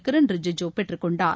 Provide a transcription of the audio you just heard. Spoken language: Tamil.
கிரண் ரிஜிஜு பெற்றுக் கொண்டார்